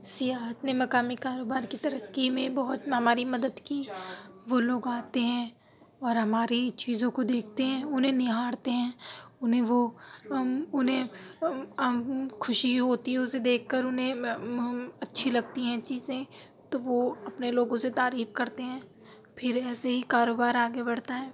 سیاحت نے مقامی کاروبار کی ترقی میں بہت ہماری مدد کی وہ لوگ آتے ہیں اور ہماری چیزوں کو دیکھتے ہیں اُنہیں نہارتے ہیں اُنہیں وہ اُنہیں خوشی ہوتی ہے اُسے دیکھ کر اُنہیں اچھی لگتی ہیں چیزیں تو وہ اپنے لوگوں سے تعریف کرتے ہیں پھر ایسے ہی کاروبار آگے بڑھتا ہے